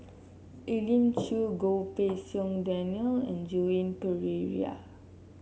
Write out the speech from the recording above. Elim Chew Goh Pei Siong Daniel and Joan Pereira